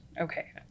Okay